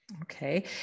Okay